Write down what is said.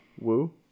Woo